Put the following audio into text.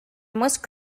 most